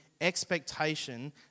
expectation